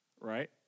Right